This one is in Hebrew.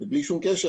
ובלי שום קשר,